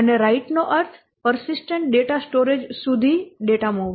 અને રાઈટ નો અર્થ પર્સીસ્ટન્ટ સ્ટોરેજ સુધી ડેટા મુવમેન્ટ